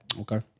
okay